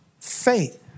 faith